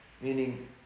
Meaning